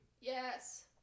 Yes